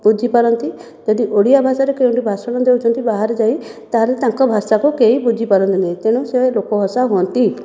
ବୁଝିପାରନ୍ତି ଯଦି ଓଡ଼ିଆ ଭାଷାରେ କେଉଁଠି ଭାଷଣ ଦେଇ କି ବାହାରେ ଯାଇ ତାହେଲେ ତାଙ୍କ ଭାଷାକୁ କେହି ବୁଝି ପାରନ୍ତି ନାହିଁ ତେଣୁ ସବୁ ଲୋକ ହସା ହୁଅନ୍ତି